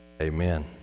Amen